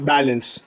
Balance